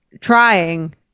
trying